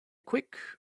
quick